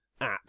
app